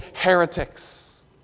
heretics